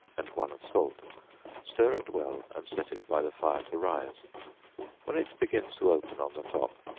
and one of salt stir it well and set it by the fire to rise when it begins to open on the top,